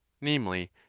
namely